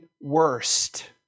worst